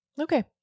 Okay